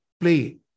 play